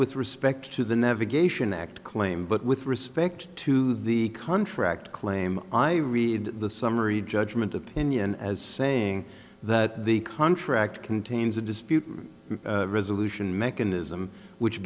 with respect to the never geisha act claim but with respect to the contract claim i read the summary judgment opinion as saying that the contract contains a dispute resolution mechanism which